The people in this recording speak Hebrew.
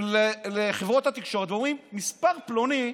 לחברות התקשורת ואומרים: מספר פלוני,